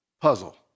puzzle